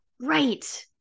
right